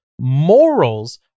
Morals